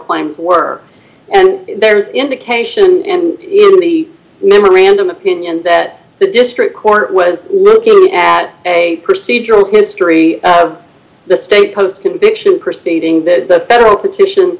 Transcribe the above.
claims were and there's indication and in the memorandum opinion that the district court was looking at a procedural history of the state post conviction proceeding that the federal petition